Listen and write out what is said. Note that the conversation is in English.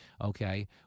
okay